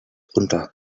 runter